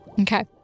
Okay